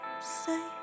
say